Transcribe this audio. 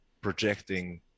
projecting